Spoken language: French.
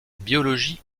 biologie